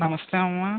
నమస్తే అమ్మ